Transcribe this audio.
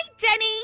Denny